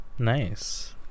Nice